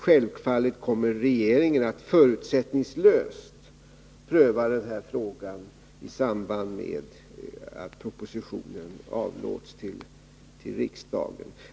Självfallet kommer regeringen att förutsättningslöst pröva den här frågan i samband med att propositionen avlämnas till riksdagen.